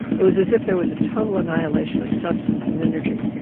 it was as if there was a total annihilation of substance and energy,